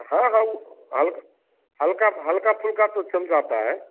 हाँ हाँ ऊ हल्का हल्का फुल्का तो चल जाता है